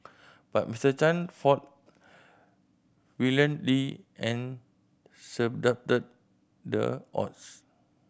but Mr Chan fought valiantly and the the odds